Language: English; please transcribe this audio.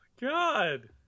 God